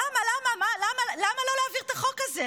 למה, למה, למה לא להעביר את החוק הזה?